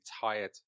tired